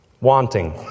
wanting